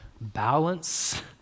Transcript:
balance